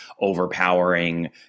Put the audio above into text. overpowering